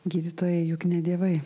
gydytojai juk ne dievai